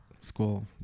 school